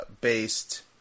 based